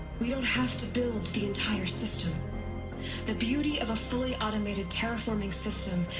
we don't have to build the entire system the beauty of a fully automated terraforming system.